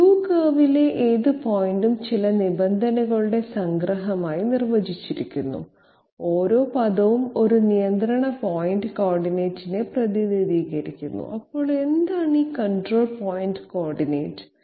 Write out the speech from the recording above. Q കർവിലെ ഏത് പോയിന്റും ചില നിബന്ധനകളുടെ സംഗ്രഹമായി നിർവചിച്ചിരിക്കുന്നു ഓരോ പദവും ഒരു നിയന്ത്രണ പോയിന്റ് കോർഡിനേറ്റിനെ പ്രതിനിധീകരിക്കുന്നു അപ്പോൾ എന്താണ് ഈ കൺട്രോൾ പോയിന്റ് കോർഡിനേറ്റ്